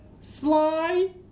sly